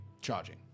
charging